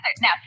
now